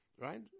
right